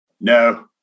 No